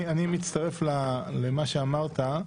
אני מצטרף למה שאמרת,